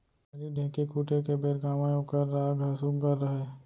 पहिली ढ़ेंकी कूटे के बेर गावयँ ओकर राग ह सुग्घर रहय